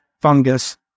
fungus